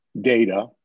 data